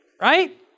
right